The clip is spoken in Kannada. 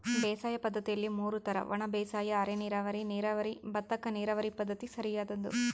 ಬೇಸಾಯ ಪದ್ದತಿಯಲ್ಲಿ ಮೂರು ತರ ಒಣಬೇಸಾಯ ಅರೆನೀರಾವರಿ ನೀರಾವರಿ ಭತ್ತಕ್ಕ ನೀರಾವರಿ ಪದ್ಧತಿ ಸರಿಯಾದ್ದು